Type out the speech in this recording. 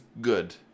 good